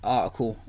article